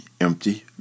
empty